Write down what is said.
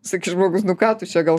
sakys žmogus nu ką tu čia gal